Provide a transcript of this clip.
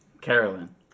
Carolyn